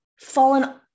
fallen